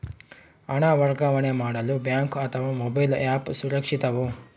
ಹಣ ವರ್ಗಾವಣೆ ಮಾಡಲು ಬ್ಯಾಂಕ್ ಅಥವಾ ಮೋಬೈಲ್ ಆ್ಯಪ್ ಸುರಕ್ಷಿತವೋ?